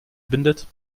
bindet